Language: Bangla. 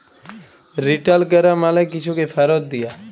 রিটার্ল ক্যরা মালে কিছুকে ফিরত দিয়া